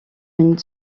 une